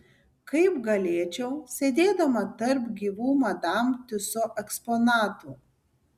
kaip galėčiau sėdėdama tarp gyvų madam tiuso eksponatų